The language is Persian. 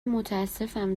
متاسفم